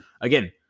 again